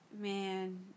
man